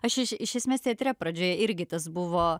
aš iš iš esmės teatre pradžioj irgi tas buvo